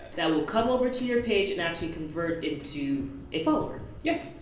that will come over to your page, and actually convert into a follower. yes.